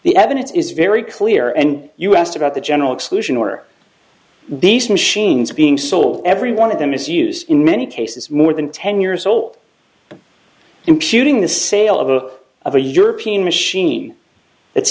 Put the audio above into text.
the evidence is very clear and you asked about the general exclusion or these machines being sold every one of them is used in many cases more than ten years old imputing the sale of a of a european machine that's